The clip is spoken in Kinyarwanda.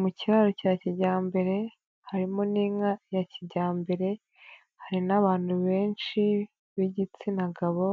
Mu kiraro cya kijyambere, harimo n'inka ya kijyambere, hari n'abantu benshi b'igitsina gabo,